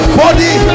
body